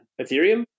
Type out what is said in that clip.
Ethereum